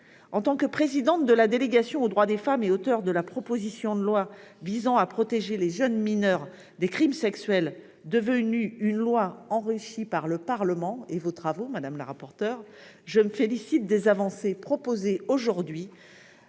En tant que présidente de la délégation aux droits des femmes et auteure de la proposition de loi visant à protéger les jeunes mineurs des crimes sexuels, texte enrichi des apports du Parlement et complété par vos travaux, madame la rapporteure, je me félicite des avancées proposées aujourd'hui